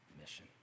mission